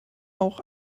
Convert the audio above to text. auch